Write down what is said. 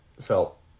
Felt